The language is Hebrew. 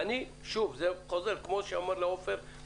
ואני שוב חוזר, כמו שאני אומר לעופר: